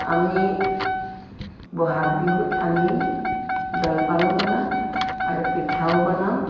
আমি বহাগ বিহুত আমি জলপানো বনাওঁ আৰু পিঠাও বনাওঁ